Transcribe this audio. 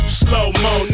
slow-mo